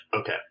Okay